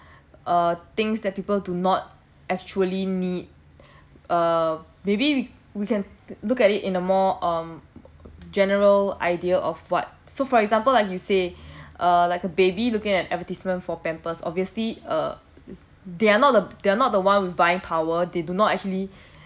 uh things that people do not actually need err maybe we we can look at it in a more um general idea of what so for example like you say uh like a baby looking at an advertisement for pampers obviously uh they are not they are not the one with buying power they do not actually